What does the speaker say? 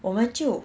我们就